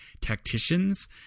tacticians